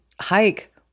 hike